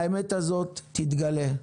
האמת הזאת תתגלה.